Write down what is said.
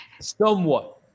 Somewhat